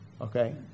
Okay